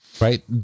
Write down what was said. right